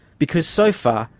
because so far,